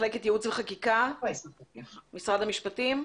מחלקת ייעוץ וחקיקה במשרד המשפטים.